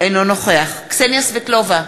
אינו נוכח קסניה סבטלובה,